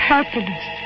Happiness